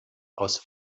aus